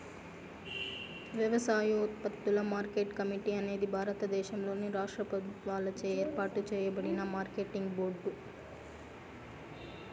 వ్యవసాయోత్పత్తుల market committee అనేది భారతదేశంలోని రాష్ట్ర ప్రభుత్వాలచే ఏర్పాటు చేయబడిన మార్కెటింగ్ బోర్డు